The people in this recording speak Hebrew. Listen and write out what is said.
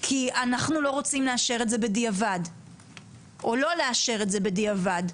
כי אנחנו לא רוצים לאשר או לא לאשר את זה בדיעבד,